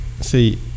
see